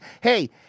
hey